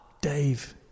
Dave